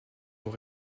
doit